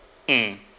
mm